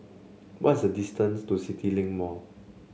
what is the distance to CityLink Mall